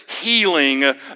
healing